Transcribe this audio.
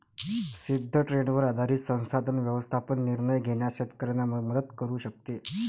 सिद्ध ट्रेंडवर आधारित संसाधन व्यवस्थापन निर्णय घेण्यास शेतकऱ्यांना मदत करू शकते